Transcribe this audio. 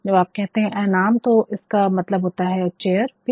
जब आप कहते है ऐन आर्म an armतो इसका मतलब चेयर भी है